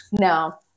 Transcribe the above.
no